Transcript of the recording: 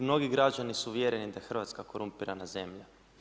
Mnogi građani su uvjereni da je Hrvatska korumpirana zemlja.